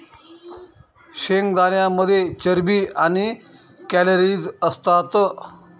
शेंगदाण्यांमध्ये चरबी आणि कॅलरीज असतात